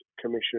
Commission